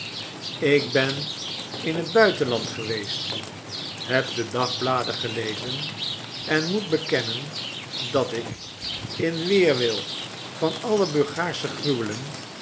ik ben in het buitenland geweest heb de dagbladen gelezen en moet bekennen dat ik in weerwil van alle bulgaarsche gruwelen